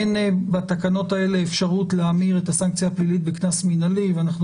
אין בתקנות האלה אפשרות להמיר את הסנקציה הפלילית בקנס מינהלי ואנחנו